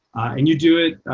and you do it.